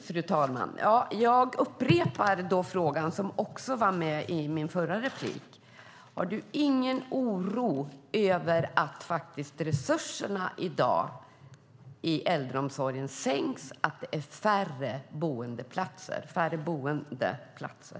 Fru talman! Jag upprepar frågan i min förra replik: Känner du, Anders Andersson, ingen oro för att resurserna inom äldreomsorgen i dag minskas och för att det är färre boendeplatser?